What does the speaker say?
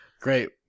Great